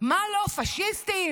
מה לא, "פשיסטים".